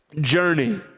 journey